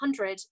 100